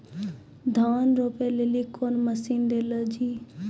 धान रोपे लिली कौन मसीन ले लो जी?